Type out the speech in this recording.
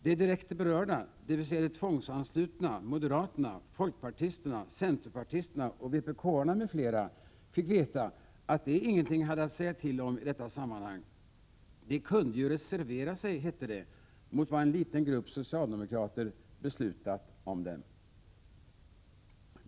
De direkt berörda, dvs. de tvångsanslutna moderaterna, folkpartisterna, centerpartisterna och vpk-arna m.fl. fick veta att de ingenting hade att säga till om i detta sammanhang. De kunde ju reservera sig, hette det, mot vad en liten grupp socialdemokrater beslutat om dem.